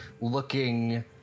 looking